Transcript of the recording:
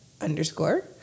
underscore